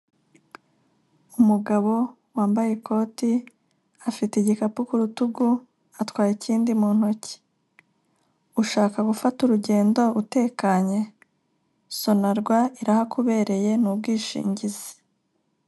Umugabo wambaye ikote afite igikapu ku rutugu, atwaye ikindi mu ntoki. Ushaka gufata urugendo utekanye? Sonarwa irahakubereye, ni ubwishingizi.